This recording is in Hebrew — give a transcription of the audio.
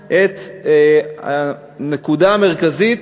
את הנקודה המרכזית,